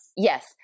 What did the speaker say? Yes